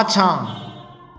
पाछाँ